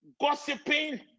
Gossiping